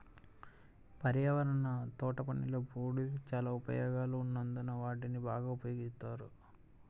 పర్యావరణ తోటపనిలో, బూడిద చాలా ఉపయోగాలు ఉన్నందున వాటిని బాగా ఉపయోగిస్తారు